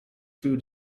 food